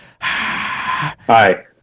Hi